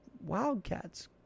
Wildcats